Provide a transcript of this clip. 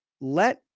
let